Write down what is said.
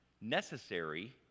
necessary